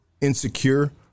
Insecure